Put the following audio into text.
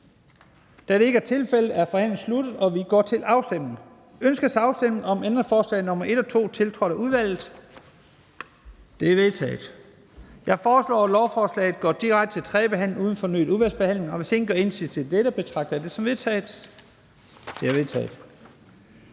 Da det ikke er tilfældet, er forhandlingen sluttet, og vi går til afstemning. Kl. 14:46 Afstemning Første næstformand (Leif Lahn Jensen): Ønskes afstemning om ændringsforslag nr. 1 og 2, tiltrådt af udvalget? De er vedtaget. Jeg foreslår, at lovforslaget går direkte til tredje behandling uden fornyet udvalgsbehandling. Hvis ingen gør indsigelse mod dette, betragter jeg det som vedtaget. Det er vedtaget.